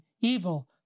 evil